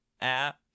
app